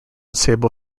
sable